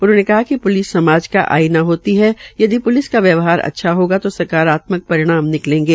उन्होंने कहा कि प्लिस समाज का आईना होती है यदि प्लिस का व्यवहार अच्छा होगा तो सकारात्मक परिणाम निकलेगें